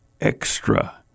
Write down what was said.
extra